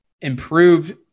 improved